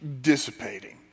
dissipating